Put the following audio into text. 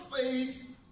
faith